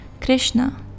Krishna